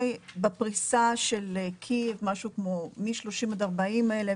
בפריסה של קייב משהו כמו מ-30,000 עד 40,000,